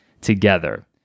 together